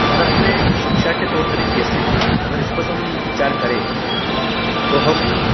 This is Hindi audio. भारत में शिक्षा के तौर तरीके ऐसे हैं अगर इस पर हम विचार करें तो हम